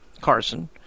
Carson